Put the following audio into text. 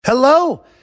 hello